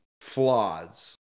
flaws